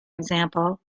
example